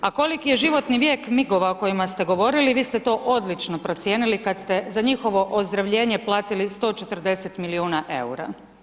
A koliki je životni vijek migova o kojima ste govorili, vi ste to odlično procijenili kad ste za njihovo ozdravljenje platili 140 milijuna EUR-a.